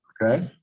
okay